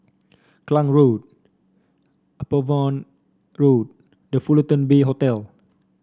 Klang Road Upavon Road The Fullerton Bay Hotel